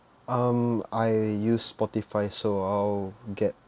um I use spotify so I'll get